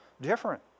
Different